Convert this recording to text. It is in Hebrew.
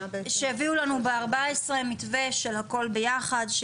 שיביאו לנו בארבע עשרה מתווה של הכל ביחד,